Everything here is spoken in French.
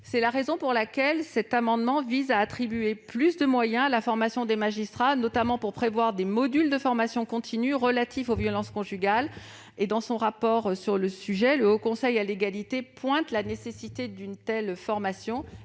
C'est la raison pour laquelle cet amendement vise à attribuer davantage de moyens à la formation des magistrats, notamment pour créer des modules de formation continue relatifs aux violences conjugales. Dans le rapport qu'il a consacré à cette question, le HCEfh pointe la nécessité d'une telle formation.